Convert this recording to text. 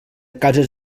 cases